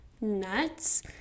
nuts